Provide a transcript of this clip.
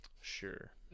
Sure